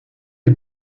est